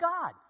God